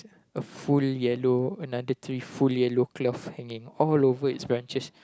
a full yellow another tree full yellow cloth hanging all over its branches